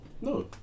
No